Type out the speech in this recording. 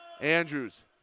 Andrews